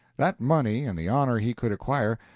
that money, and the honor he could acquire,